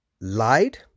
lied